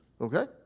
okay